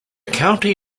county